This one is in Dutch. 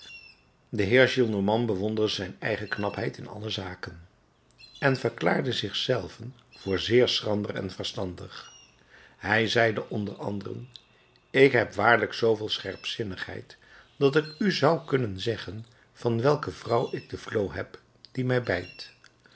de heer gillenormand bewonderde zijn eigen knapheid in alle zaken en verklaarde zich zelven voor zeer schrander en verstandig hij zeide onder anderen ik heb waarlijk zooveel scherpzinnigheid dat ik u zou kunnen zeggen van welke vrouw ik de vloo heb die mij bijt